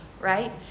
right